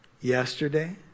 Yesterday